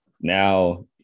now